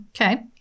Okay